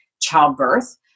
childbirth